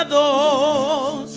ah oh